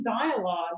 dialogue